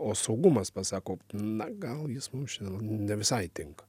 o saugumas pasako na gal jis mums čia ne visai tinka